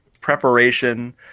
preparation